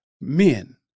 men